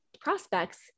prospects